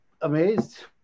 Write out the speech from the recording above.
amazed